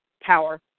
power